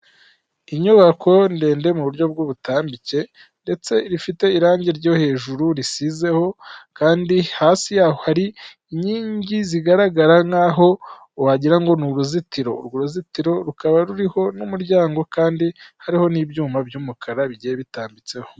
Inyubako ndende mu buryo bw'ubutambike ndetse ifite irangi ryo hejuru risizeho kandi hasi yaho hari inkingi zigaragara nkaho wagira ngo ni uruzitiro, urwo ruzitiro rukaba ruriho n'umuryango kandi hariho n'ibyuma by'umukara bigiye bitambitseho.